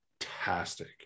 Fantastic